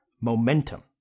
Momentum